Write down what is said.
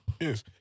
Yes